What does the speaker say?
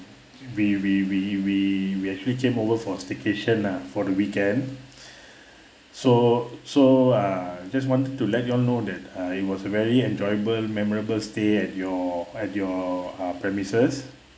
we we we we we actually came over for staycation ah for the weekend so so uh just wanted to let you all know that uh it was a very enjoyable memorable stay at your at your uh premises